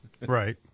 Right